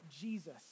Jesus